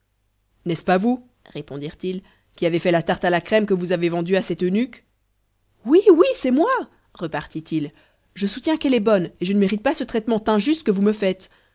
n'est-ce pas vous répondirent-ils qui avez fait la tarte à la crème que vous avez vendue à cet eunuque oui oui c'est moi repartit il je soutiens qu'elle est bonne et je ne mérite pas ce traitement injuste que vous me faites